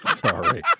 Sorry